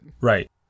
Right